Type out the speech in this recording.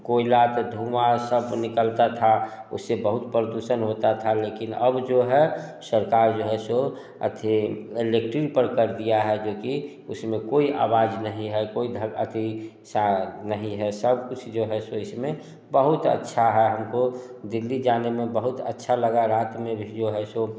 कोयला तो धुआ सब निकलता था उससे बहुत प्रदूषण होता था लेकिन अब जो है सरकार जो सो अथी इलेक्ट्रिक पर दिया है जो कि उसमें कोई आवाज नहीं है कोई धक अथी शायद नहीं है सब कुछ जो है सो इसमें बहुत अच्छा है हमको दिल्ली जाने में बहुत अच्छा लगा रात में भी जो है सो